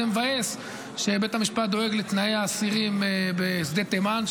זה מבאס שבית המשפט דואג לתנאי האסירים בשדה תימן,